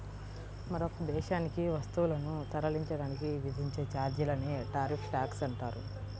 మరొక దేశానికి వస్తువులను తరలించడానికి విధించే ఛార్జీలనే టారిఫ్ ట్యాక్స్ అంటారు